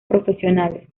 profesionales